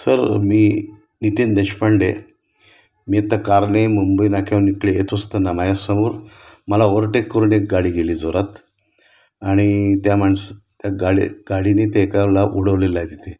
sir मी नितीन देशपांडे मी आता कारने मुंबई नाक्याहुन इकडे येत असताना माझ्यासमोर मला ओव्हरटेक करून एक गाडी गेली जोरात आणि त्या माणसं त्या गाडी गाडीने ते एकाला उडवलेलंय तिथे